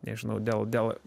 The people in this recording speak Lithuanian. nežinau dėl dėl